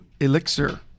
Elixir